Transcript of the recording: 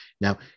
Now